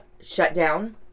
shutdown